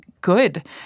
good